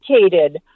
educated